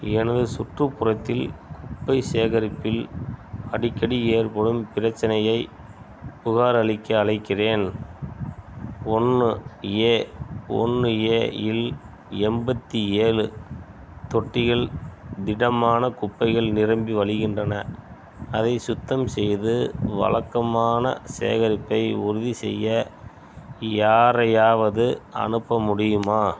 எனது சுற்றுப்புறத்தில் குப்பை சேகரிப்பில் அடிக்கடி ஏற்படும் பிரச்சனையைப் புகாரளிக்க அழைக்கிறேன் ஒன்று ஏ ஒன்று ஏ இல் எண்பத்தி ஏழு தொட்டிகள் திடமான குப்பைகள் நிரம்பி வழிகின்றன அதை சுத்தம் செய்து வழக்கமான சேகரிப்பை உறுதி செய்ய யாரையாவது அனுப்ப முடியுமா